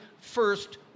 first